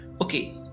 okay